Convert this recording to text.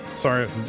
sorry